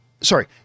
Sorry